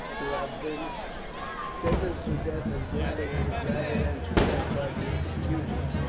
who have been sentenced to death as gladiators rather than to death by the executioner,